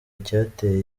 icyateye